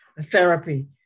therapy